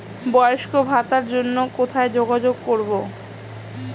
বয়স্ক ভাতার জন্য কোথায় যোগাযোগ করব?